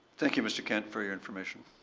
thank you, mr. kent for your information.